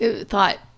thought